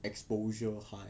exposure high